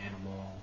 animal